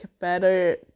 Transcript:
better